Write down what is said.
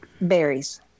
berries